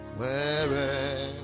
Wherever